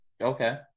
Okay